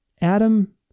Adam